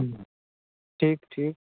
हूँ ठीक ठीक